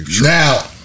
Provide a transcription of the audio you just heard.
Now